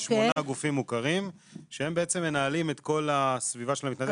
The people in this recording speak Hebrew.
יש שמונה גופים מוכרים שהם מנהלים את כל הסביבה של המתנדב,